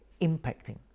impacting